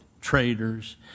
traitors